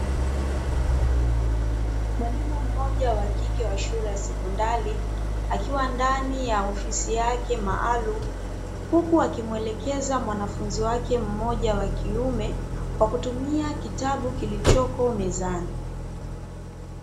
Mwalimu mmoja wa kike wa shule ya sekondari akiwa ndani ya ofisi yake maalumu, huku akimwelekeza mwanafunzi wake mmoja wa kiume, kwa kutumia kitabu kilichoko mezani.